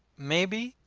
maybe.